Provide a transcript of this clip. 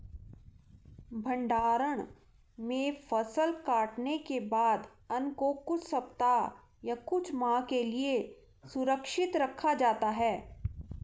भण्डारण में फसल कटने के बाद अन्न को कुछ सप्ताह या कुछ माह के लिये सुरक्षित रखा जाता है